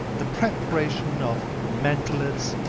the preparation of mantlets,